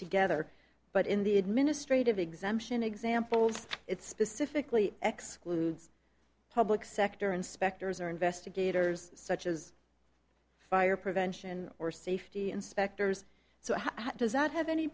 together but in the administrative exemption example it's specifically ex public sector inspectors or investigators such as fire prevention or safety inspectors so how does that have any